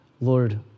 Lord